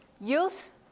youth